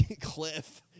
cliff